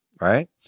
Right